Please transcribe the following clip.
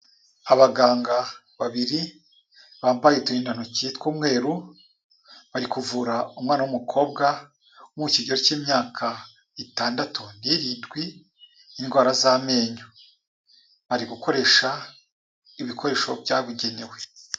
Abaganga babiri bampaye uturindantoki tw'umweru, bari kuvura umwana w'umukobwa wo mu kigero cy'imyaka itandatu n'irindwi indwara z'amenyo, bari gukoresha ibikoresho byabugenewe.